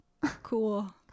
cool